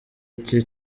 cye